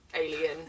Alien